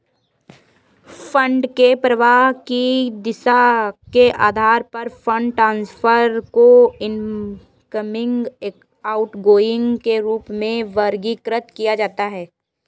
fund के प्रवाह की दिशा के आधार पर फंड ट्रांसफर को इनकमिंग, आउटगोइंग के रूप में वर्गीकृत किया जाता है